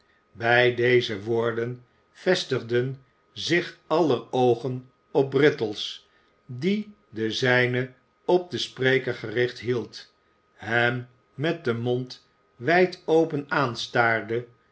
bij deze woorden vestigden zich aller oogen op brittles die de zijne op den spreker gericht hield hem met den mond wijd open aanstaarde